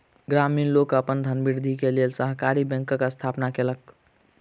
ग्रामीण लोक अपन धनवृद्धि के लेल सहकारी बैंकक स्थापना केलक